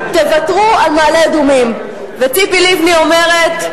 תוותרו על מעלה-אדומים, וציפי לבני אומרת: